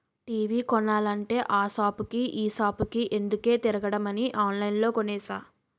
TV కొనాలంటే ఆ సాపుకి ఈ సాపుకి ఎందుకే తిరగడమని ఆన్లైన్లో కొనేసా